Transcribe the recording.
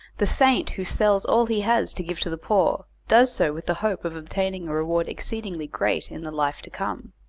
the saint who sells all he has to give to the poor, does so with the hope of obtaining a reward exceedingly great in the life to come.